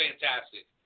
fantastic